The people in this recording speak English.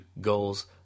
goals